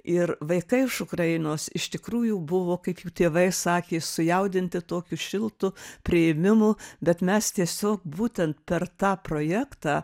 ir vaikai iš ukrainos iš tikrųjų buvo kaip jų tėvai sakė sujaudinti tokiu šiltu priėmimu bet mes tiesiog būtent per tą projektą